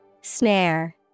Snare